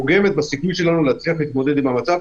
פוגמת בסיכוי שלנו להצליח להתמודד עם המצב,